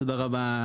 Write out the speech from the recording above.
תודה,